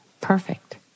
perfect